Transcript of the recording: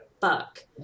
fuck